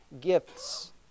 gifts